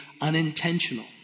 unintentional